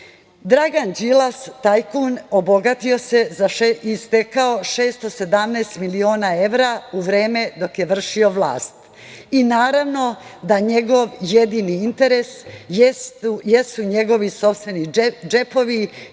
njima. Dragan Đilas, tajkun obogatio se i stekao 617 miliona evra u vreme dok je vršio vlast i naravno da njegov jedini interes jesu njegovi sopstveni džepovi,